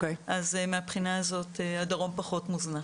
אז מהבחינה הזאת הדרום פחות מוזנח.